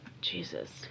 Jesus